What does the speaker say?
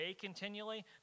continually